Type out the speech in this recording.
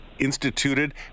instituted